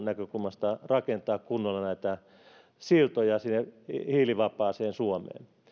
näkökulmasta rakentaa kunnolla siltoja sinne hiilivapaaseen suomeen